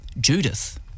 Judith